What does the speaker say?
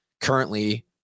currently